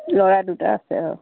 ল'ৰা দুটা আছে অঁ